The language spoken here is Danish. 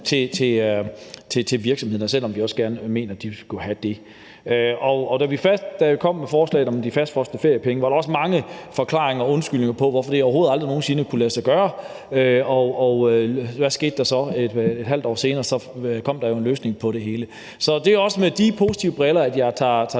til virksomhederne, selv om vi også mener, at de godt kunne få det. Da vi først kom med forslaget om de indefrosne feriepenge, var der også mange forklaringer på og undskyldninger for, hvorfor det overhovedet aldrig nogen sinde ville kunne lade sig gøre, og hvad skete der så? Et halvt år senere kom der jo en løsning på det hele. Så det er også med de positive briller på, jeg tager